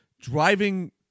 driving